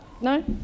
No